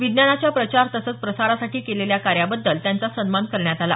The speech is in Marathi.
विज्ञानाच्या प्रचार तसंच प्रसारासाठी केलेल्या कार्याबद्दल त्यांचा सन्मान करण्यात आला